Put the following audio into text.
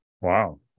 Wow